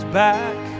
back